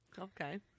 Okay